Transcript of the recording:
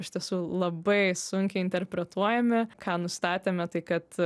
iš tiesų labai sunkiai interpretuojami ką nustatėme tai kad